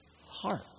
heart